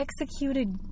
executed